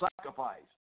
sacrifice